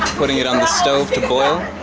putting it on the stove to boil